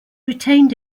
retained